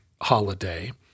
holiday